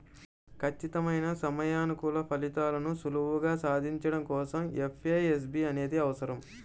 ఖచ్చితమైన సమయానుకూల ఫలితాలను సులువుగా సాధించడం కోసం ఎఫ్ఏఎస్బి అనేది అవసరం